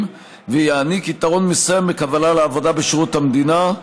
ויעניק יתרון מסוים בקבלה לעבודה בשירות המדינה,